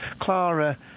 Clara